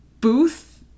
Booth